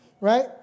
right